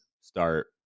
start